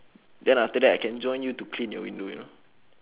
then after that I can join you to clean your window you know